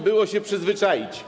było się przyzwyczaić.